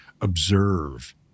observe